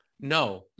No